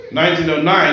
1909